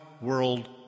world